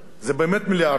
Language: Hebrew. זה באמת מיליארדים,